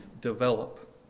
develop